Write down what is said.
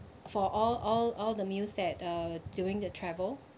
for all all all the meals that uh during the travel